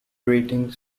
rating